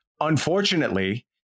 Unfortunately